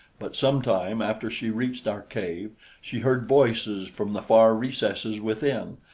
but some time after she reached our cave she heard voices from the far recesses within,